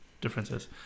differences